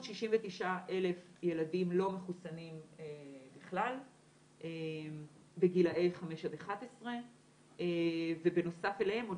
569 אלף ילדים לא מחוסנים בכלל בגילאי 5 עד 11 ובנוסף אליהם עוד